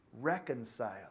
reconcile